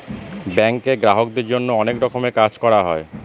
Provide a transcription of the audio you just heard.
ব্যাঙ্কে গ্রাহকদের জন্য অনেক রকমের কাজ করা হয়